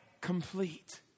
complete